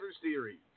Series